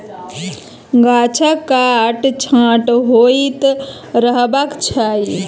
गाछक काट छांट होइत रहबाक चाही